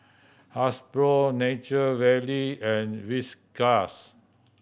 Hasbro Nature Valley and Whiskas